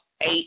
eight